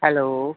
hello